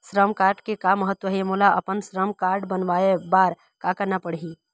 श्रम कारड के का महत्व हे, मोला अपन श्रम कारड बनवाए बार का करना पढ़ही?